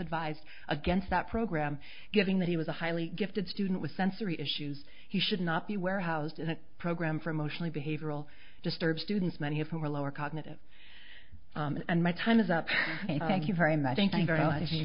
advised against that program giving that he was a highly gifted student with sensory issues he should not be warehoused in a program for emotionally behavioral disturbed students many of whom are lower cognitive and my time is up thank you very much